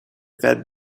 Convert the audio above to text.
fed